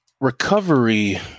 recovery